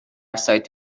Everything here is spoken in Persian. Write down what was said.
سایت